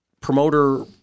promoter